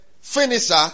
finisher